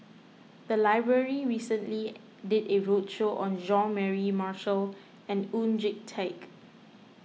the library recently did a roadshow on John Mary Marshall and Oon Jin Teik